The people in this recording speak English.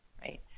right